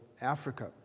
Africa